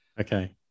Okay